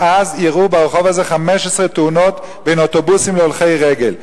מאז אירעו ברחוב הזה 15 תאונות בין אוטובוסים להולכי רגל.